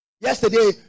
yesterday